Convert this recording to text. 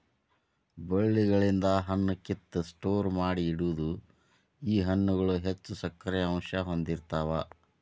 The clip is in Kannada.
ಬಳ್ಳಿಗಳಿಂದ ಹಣ್ಣ ಕಿತ್ತ ಸ್ಟೋರ ಮಾಡಿ ಇಡುದು ಈ ಹಣ್ಣುಗಳು ಹೆಚ್ಚು ಸಕ್ಕರೆ ಅಂಶಾ ಹೊಂದಿರತಾವ